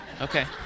okay